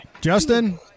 Justin